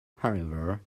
however